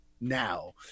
now